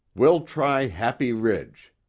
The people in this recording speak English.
we'll try happy ridge.